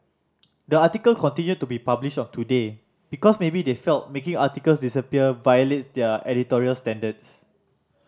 the article continued to be published on Today because maybe they felt making articles disappear violates their editorial standards